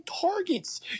targets